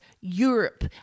Europe